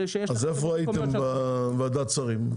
איפה הייתם בוועדת שרים?